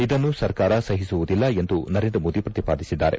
ಇದನ್ನು ಸರ್ಕಾರ ಸಹಿಸುವುದಿಲ್ಲ ಎಂದು ನರೇಂದ್ರ ಮೋದಿ ಪ್ರತಿಪಾದಿಸಿದ್ದಾರೆ